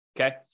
Okay